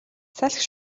салхи